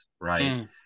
right